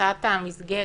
הצעת המסגרת,